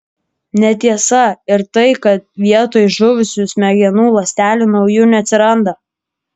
netiesa ir tai kad vietoj žuvusių smegenų ląstelių naujų neatsiranda